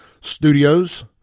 studios